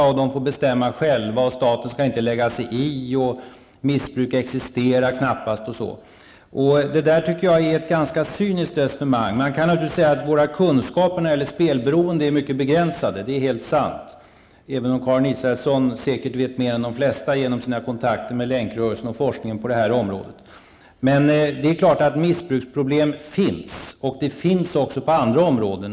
Människor får själva bestämma. Staten skall inte lägga sig i. Missbruk existerar knappast osv. Jag tycker att Sten Anderssons resonemang är ganska cyniskt. Man kan naturligtvis säga att våra kunskaper när det gäller spelberoendet är mycket begränsade -- det är helt sant. Men Karin Israelsson vet säkert mer än de flesta av oss genom sina kontakter med länkrörelsen och forskningen på det här området. Det är klart att det finns missbruksproblem, och då också på andra områden.